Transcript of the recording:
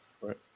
Right